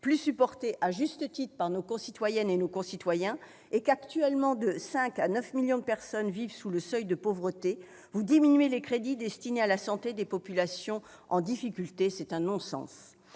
plus supportées- à juste titre -par nos concitoyennes et nos concitoyens, et qu'entre 5 et 9 millions de personnes vivent actuellement sous le seuil de pauvreté, vous diminuez les crédits destinés à la santé des populations en difficulté. C'est un non-sens